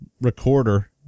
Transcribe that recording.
recorder